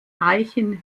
reichen